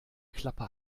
klappe